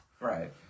Right